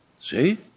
see